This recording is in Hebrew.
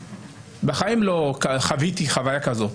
בחיים לא חוויתי חוויה כזאת,